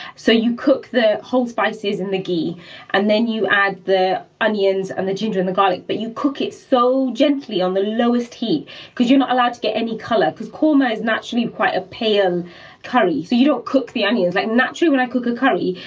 so you cook the whole spices and the ghee and then you add the onions and the ginger and the garlic, but you cook it so gently on the lowest heat because you're not allowed to get any color because korma is naturally quite a pale curry. so you don't cook the onions. like naturally when i cook a curry,